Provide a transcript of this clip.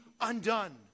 undone